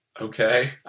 Okay